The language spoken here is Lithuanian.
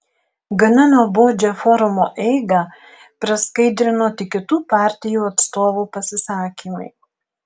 gana nuobodžią forumo eigą praskaidrino tik kitų partijų atstovų pasisakymai